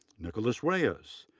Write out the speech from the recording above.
nicholas reyes,